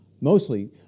mostly